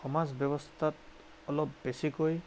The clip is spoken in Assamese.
সমাজ ব্যৱস্থাত অলপ বেছিকৈ